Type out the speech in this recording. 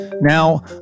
Now